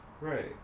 Right